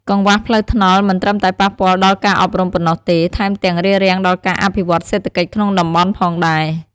កង្វះផ្លូវថ្នល់មិនត្រឹមតែប៉ះពាល់ដល់ការអប់រំប៉ុណ្ណោះទេ ថែមទាំងរារាំងដល់ការអភិវឌ្ឍន៍សេដ្ឋកិច្ចក្នុងតំបន់ផងដែរ។